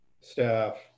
staff